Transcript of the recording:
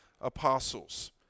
apostles